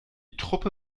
truppe